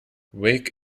wake